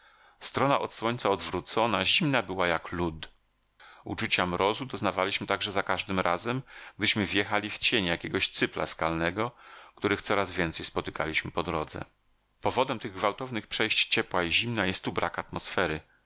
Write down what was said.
niemal strona od słońca odwrócona zimna była jak lód uczucia mrozu doznawaliśmy także za każdym razem gdyśmy wjechali w cień jakiegoś cypla skalnego których coraz więcej spotykaliśmy po drodze powodem tych gwałtownych przejść ciepła i zimna jest tu brak atmosfery